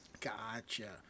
gotcha